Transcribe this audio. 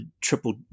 triple